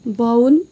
बाउन